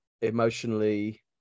emotionally